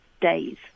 days